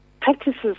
practices